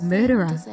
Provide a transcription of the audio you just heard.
Murderer